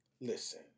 listen